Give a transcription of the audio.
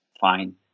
fine